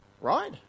right